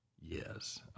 Yes